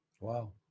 Wow